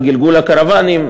בגלגול הקרווני.